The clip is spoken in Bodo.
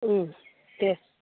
उम दे